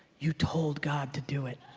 you told god to do it.